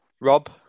Rob